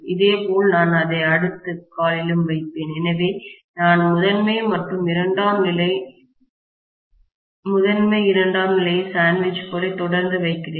இதேபோல் நான் அதை அடுத்த காலிலும் வைப்பேன் எனவே நான் முதன்மை மற்றும் இரண்டாம் நிலை முதன்மை இரண்டாம் நிலையை சாண்ட்விச் போல தொடர்ந்து வைத்திருக்கிறேன்